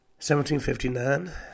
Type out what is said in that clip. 1759